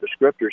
descriptors